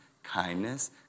Kindness